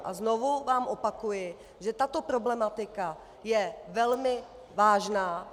A znovu vám opakuji, že tato problematika je velmi vážná.